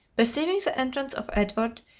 perceiving the entrance of edward,